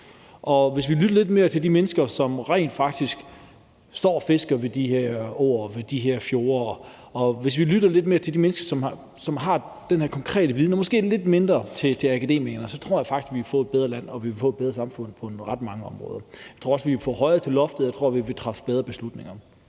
Hvis vi lyttede lidt mere til de mennesker, som rent faktisk står og fisker ved de her åer og ved de her fjorde, og hvis vi lytter lidt mere til de mennesker, som har den her konkrete viden, og måske lidt mindre til akademikerne, så tror jeg faktisk, vi ville få et bedre land og et bedre samfund på ret mange områder. Jeg tror også, vi ville få højere til loftet, og jeg tror, vi ville træffe bedre beslutninger.